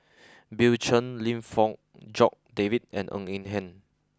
Bill Chen Lim Fong Jock David and Ng Eng Hen